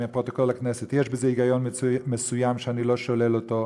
מפרוטוקול הכנסת: יש בזה היגיון מסוים שאני לא שולל אותו.